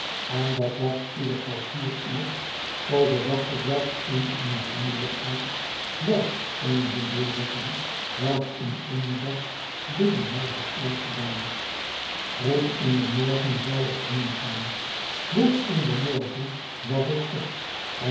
en dat was ieder kwartier uurs overdacht ik welk eene onvriendelijkheid welk eene beleediging welk een onrecht biddy mij had aangedaan vroeg in den morgen zou ik heengaan vroeg in den morgen was ik op